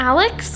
Alex